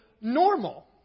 normal